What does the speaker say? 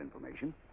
information